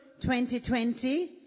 2020